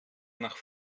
nach